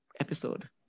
episode